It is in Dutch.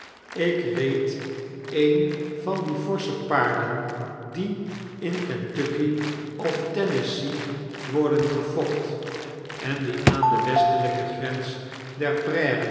ik reed een van die forsche paarden die in kentucky of tennessee worden gefokt en die aan de westelyke grens der